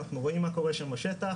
אנחנו רואים מה שקורה שם בשטח